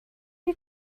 you